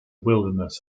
wilderness